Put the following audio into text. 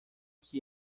que